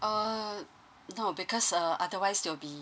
uh no because uh otherwise you'll be